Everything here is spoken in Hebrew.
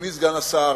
אדוני סגן השר,